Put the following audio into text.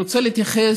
אני רוצה להתייחס